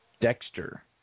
Dexter